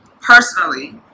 personally